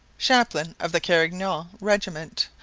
chaplain of the carignan regiment,